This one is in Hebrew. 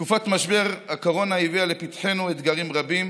תקופת משבר הקורונה הביאה לפתחנו אתגרים רבים